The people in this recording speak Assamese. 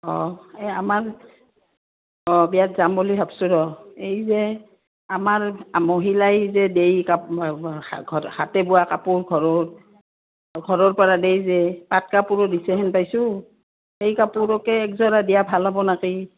অঁ এই আমাৰ অঁ বিয়াত যাম বুলি ভাবছোঁ ৰ' এই যে আমাৰ মহিলাই যে দেই হাতে বোৱা কাপোৰ ঘৰ ঘৰৰ পৰা দেই যে পাট কাপোৰো দিছেহেন পাইছোঁ সেই কাপোৰকে একযৰা দিয়া ভাল হ'ব নাকি